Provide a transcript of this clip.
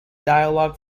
dialogue